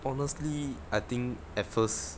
honestly I think at first